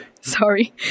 sorry